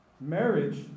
marriage